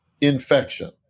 infection